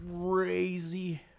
crazy